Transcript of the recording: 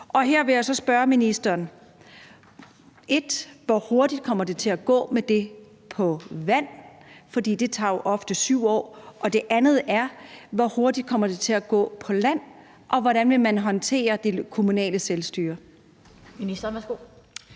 Og her vil jeg så spørge ministeren: 1) hvor hurtigt kommer det til at gå med det på vand, for det tager jo ofte 7 år, og 2) hvor hurtigt kommer det til at gå på land, og hvordan vil man håndtere det kommunale selvstyre?